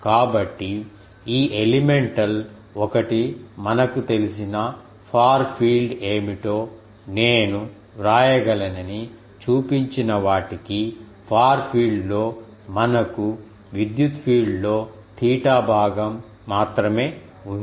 కాబట్టి ఈ ఎలిమెంటల్ ఒకటి మనకు తెలిసిన ఫార్ ఫీల్డ్ ఏమిటో నేను వ్రాయగలనని చూపించిన వాటికి ఫార్ ఫీల్డ్ లో మనకు విద్యుత్ఫీల్డ్లో తీటా భాగం మాత్రమే ఉంది